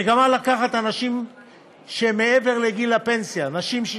המגמה היא לקחת אנשים שמעבר לגיל הפנסיה, נשים,